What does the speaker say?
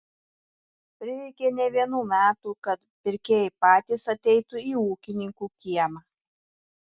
prireikė ne vienų metų kad pirkėjai patys ateitų į ūkininkų kiemą